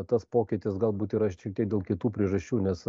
tas pokytis galbūt yra šiek tiek dėl kitų priežasčių nes